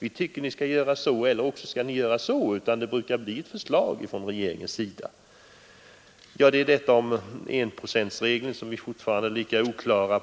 den tycker att riksdagen skall göra antingen si eller så, utan det måste komma ett förslag från regeringen. Detta om enprocentsregeln, där vi fortfarande inte fått någon klarhet.